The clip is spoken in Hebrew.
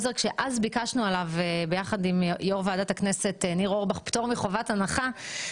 כשביקשנו יחד עם יושב ראש ועדת הכנסת ניר אורבך פטור מחובת הנחה,